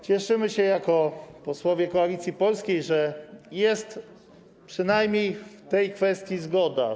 Cieszymy się jako posłowie Koalicji Polskiej, że przynajmniej w tej kwestii jest zgoda.